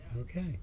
okay